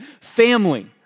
family